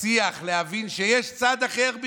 להבין שיש צד אחר בשיח,